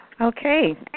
Okay